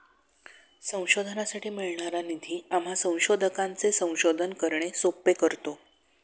संशोधनासाठी मिळणारा निधी आम्हा संशोधकांचे संशोधन करणे सोपे करतो